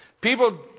People